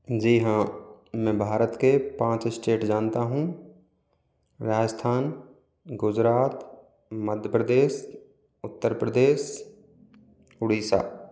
जी हाँ मैं भारत के पाँच स्टेट जानता हूँ राजस्थान गुजरात मध्य प्रदेश उत्तर प्रदेश उड़ीसा